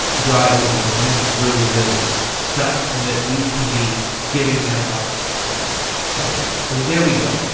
dry oatmeal. this is really good stuff. and that we can be giving that off to them right now. so there we go.